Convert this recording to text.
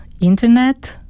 internet